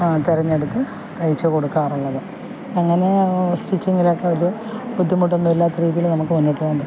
തിരഞ്ഞെടുത്ത് തയ്ച്ച് കൊടുക്കാറുള്ളത് അങ്ങനെ സ്റ്റിച്ചിങ്ങിലൊക്കെ ഒരു ബുന്ധിമുട്ടൊന്നും ഇല്ലാത്ത രീതിയിൽ നമുക്ക് മുന്നോട്ട് പോകാൻ പറ്റും